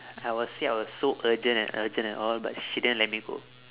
I got say I was so urgent and urgent and all but she didn't let me go